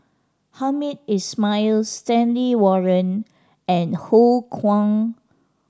Hamed Ismail Stanley Warren and Ho Kwon